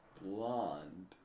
blonde